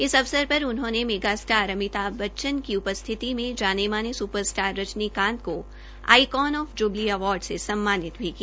इस अवसर पर उन्होंने मेगा स्टार अमिताभ बच्चन की उपस्थिति में जाने माने सुपर स्टार रजंनीकांत को आईकोन ऑफ जुबली अवार्ड से सम्मानित भी किया